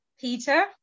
peter